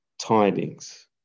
tidings